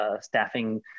staffing